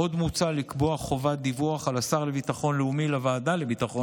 עוד מוצע לקבוע חובת דיווח של השר לביטחון לאומי לוועדה לביטחון